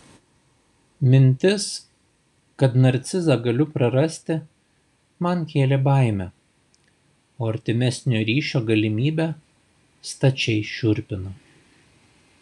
mintis kad narcizą galiu prarasti man kėlė baimę o artimesnio ryšio galimybė stačiai šiurpino